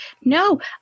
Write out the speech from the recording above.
No